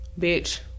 bitch